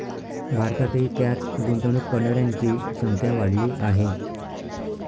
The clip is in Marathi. भारतातही त्यात गुंतवणूक करणाऱ्यांची संख्या वाढली आहे